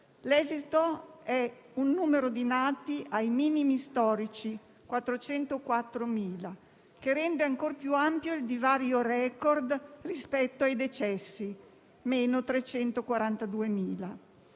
L'esito è un numero di nati ai minimi storici (404.000), che rende ancor più ampio il divario *record* rispetto ai decessi (meno 342.000).